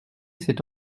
s’est